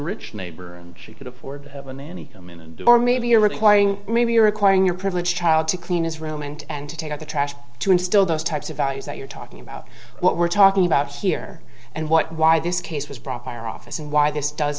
rich neighbor and she could afford a nanny home in a day or maybe you're requiring maybe you're requiring your privilege child to clean his room and and to take out the trash to instill those types of values that you're talking about what we're talking about here and what why this case was brought to our office and why this does